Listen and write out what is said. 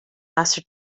master